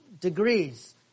degrees